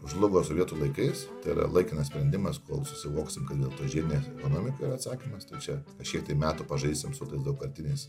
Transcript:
žlugo sovietų laikais tai yra laikinas sprendimas kol susivoksime kad dėl to žiedinė ekonomika yra atsakymas tai čia kažkiek tai metų pažaisim su tais daugkartiniais